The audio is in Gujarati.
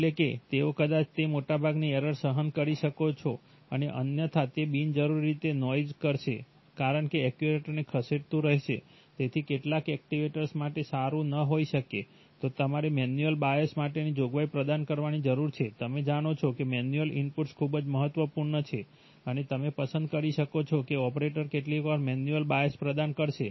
એટલે કે તેઓ કદાચ તે મોટાભાગની એરર સહન કરી શકો છો અને અન્યથા તે બિનજરૂરી રીતે નોઇઝ કરશે કારણે એક્ચ્યુએટરને ખસેડતું રહેશે તેથી કેટલાક એક્ટિવેટર માટે આ સારું ન હોઈ શકે તો તમારે મેન્યુઅલ બાયસ માટેની જોગવાઈ પ્રદાન કરવાની જરૂર છે તમે જાણો છો કે મેન્યુઅલ ઇનપુટ્સ ખૂબ જ મહત્વપૂર્ણ છે અને તમે પસંદ કરી શકો છો કે ઓપરેટર કેટલીકવાર મેન્યુઅલ બાયસ પ્રદાન કરશે